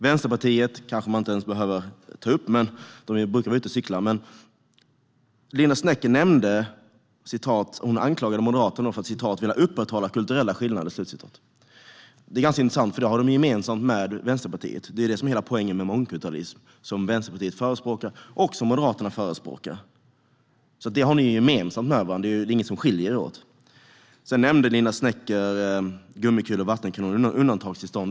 Vänsterpartiet kanske man inte ens behöver ta upp - de brukar ju vara ute och cykla - men Linda Snecker anklagade Moderaterna för att vilja upprätthålla kulturella skillnader. Det är ganska intressant, för det har Moderaterna gemensamt med Vänsterpartiet. Det är det som är hela poängen med mångkulturalism, som Vänsterpartiet och Moderaterna förespråkar. Det har ni alltså gemensamt med varandra; det är inget som skiljer er åt. Linda Snecker nämnde gummikulor och vattenkanoner i undantagstillstånd.